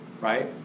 right